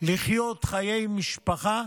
ולחיות חיי משפחה.